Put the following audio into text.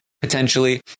potentially